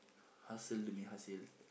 hasil demi hasil